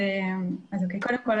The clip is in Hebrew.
קודם כל,